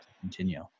continue